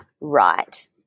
right